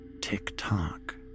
Tick-tock